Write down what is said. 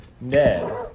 Ned